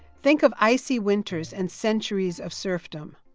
think of icy winters and centuries of serfdom.